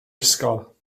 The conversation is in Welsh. ysgol